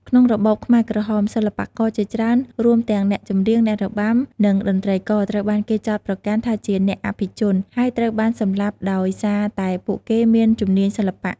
ក្នុងរបបខ្មែរក្រហម សិល្បករជាច្រើនរួមទាំងអ្នកចម្រៀង អ្នករបាំ និងតន្ត្រីករ ត្រូវបានគេចោទប្រកាន់ថាជាអ្នកអភិជន ហើយត្រូវបានសម្លាប់ដោយសារតែពួកគេមានជំនាញសិល្បៈ។